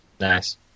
Nice